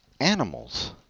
animals